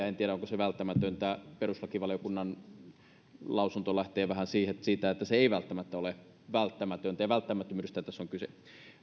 en tiedä onko se välttämätöntä perustuslakivaliokunnan lausunto lähtee vähän siitä että se ei välttämättä ole välttämätöntä ja välttämättömyydestähän tässä on kyse